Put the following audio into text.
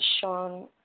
Sean